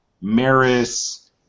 Maris